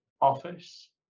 office